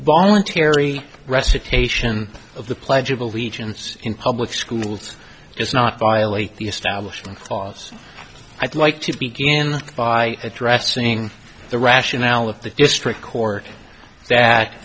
voluntary recitation of the pledge of allegiance in public schools does not violate the establishment clause i'd like to begin by addressing the rationale of the district court that